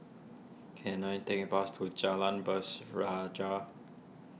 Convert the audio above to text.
can I take a bus to Jalan